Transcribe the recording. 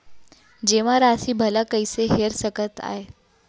जेमा राशि भला कइसे हेर सकते आय?